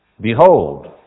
behold